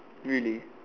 really